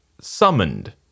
summoned